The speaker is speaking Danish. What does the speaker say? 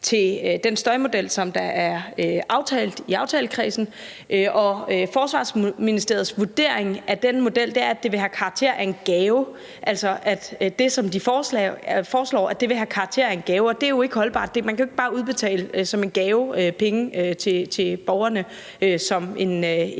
til den støjmodel, som er aftalt i aftalekredsen, og Forsvarsministeriets vurdering af den model er, at det vil have karakter af en gave – altså at det, som de foreslår, vil have karakter af en gave, og det er jo ikke holdbart. Man kan jo ikke bare udbetale penge som en gave til borgerne for et